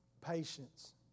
Patience